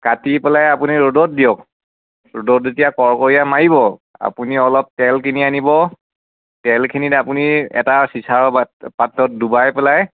কাটি পেলাই আপুনি ৰ'দত দিয়ক ৰ'দত যেতিয়া কৰকৰীয়া মাৰিব আপুনি অলপ তেল কিনি আনিব তেলখিনি আপুনি এটা চিচাৰৰ পাত্ৰত ডুবাই পেলাই